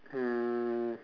um